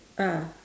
ah